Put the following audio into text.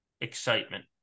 excitement